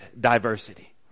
diversity